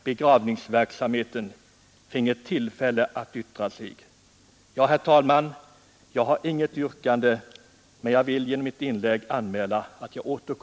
begravningsentreprenörer etc. Jag tror att sakfrågan skulle vinna på att de som har erfarenheter av begravningsverksamheten finge tillfälle att yttra